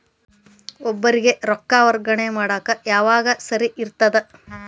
ಒಬ್ಬರಿಗ ರೊಕ್ಕ ವರ್ಗಾ ಮಾಡಾಕ್ ಯಾವಾಗ ಸರಿ ಇರ್ತದ್?